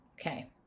okay